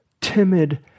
timid